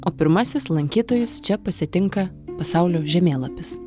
o pirmasis lankytojus čia pasitinka pasaulio žemėlapis